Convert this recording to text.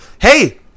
hey